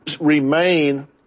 remain